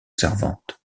servantes